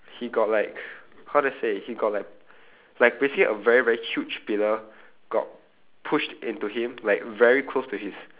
he got like how do I say he got like like basically a very very huge pillar got pushed into him like very close to his